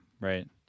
right